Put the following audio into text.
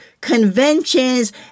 conventions